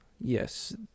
yes